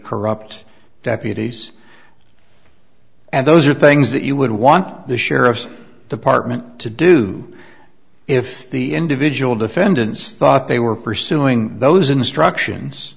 corrupt deputies and those are things that you would want the sheriff's department to do if the individual defendants thought they were pursuing those instructions